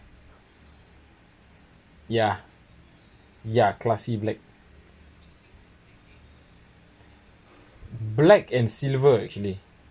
ya ya classy black black and silver actually